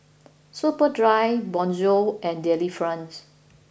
Superdry Bonjour and Delifrance